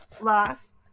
loss